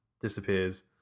disappears